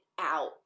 out